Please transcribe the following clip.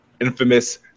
infamous